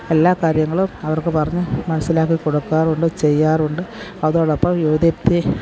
എല്ലാ കാര്യങ്ങളും അവർക്ക് പറഞ്ഞ് മനസിലാക്കി കൊടുക്കാറുണ്ട് ചെയ്യാറുണ്ട് അതോടൊപ്പം യുവദീപ്തി